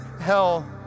hell